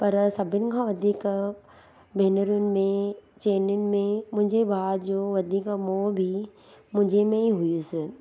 पर सभिनि खां वधीक भेनरुनि में चइनीनि में मुंहिंजे भाउ जो वधीक मोह बि मुंहिंजे में ई हुयसि